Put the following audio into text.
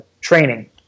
training